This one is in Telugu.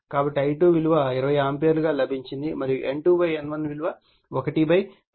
కాబట్టిI2 విలువ 20 ఆంపియర్ గా లభించింది మరియు N2 N1 విలువ 110